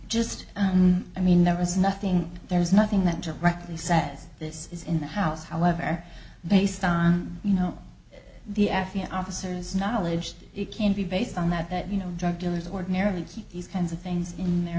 just i mean there was nothing there was nothing that directly says this is in the house however based on you know the f b i officers knowledge it can be based on that that you know drug dealers ordinarily keep these kinds of things in their